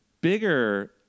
bigger